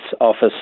office